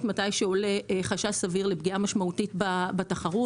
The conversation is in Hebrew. כשעולה חשש סביר לפגיעה משמעותית בתחרות.